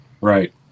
Right